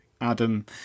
Adam